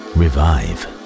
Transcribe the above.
revive